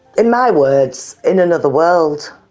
in my words, in another world,